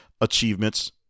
achievements